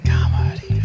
Comedy